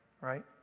right